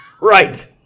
Right